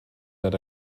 that